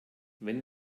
wenn